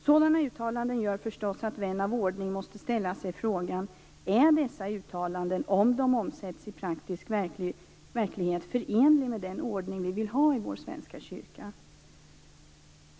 Sådana uttalanden gör förstås att vän av ordning måste ställa sig frågan: Är dessa uttalanden, om de omsätts i praktisk verklighet förenliga med den ordning som vi vill ha i Svenska kyrkan?